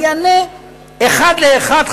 אני אענה אחד לאחד,